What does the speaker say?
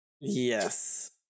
Yes